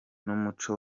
n’umuco